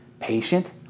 patient